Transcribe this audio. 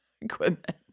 equipment